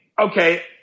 Okay